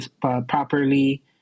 properly